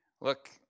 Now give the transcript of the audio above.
Look